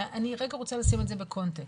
אני רגע רוצה לשים את זה בקונטקסט.